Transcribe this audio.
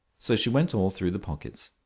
so she went all through the pockets.